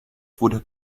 wurde